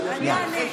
אני אענה,